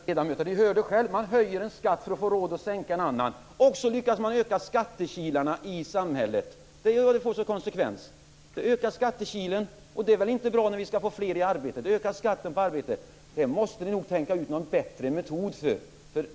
Fru talman och ärade ledamöter! Ni hör själva - man höjer en skatt för att få råd att sänka en annan, och på så vis lyckas man öka skattekilarna i samhället. Det är den konsekvens det får. Att skattekilarna ökar, att skatten på arbete ökar, är väl inte bra när vi skall få fler i arbete. Ni måste nog tänka ut någon bättre metod.